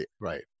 right